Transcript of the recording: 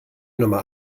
nummer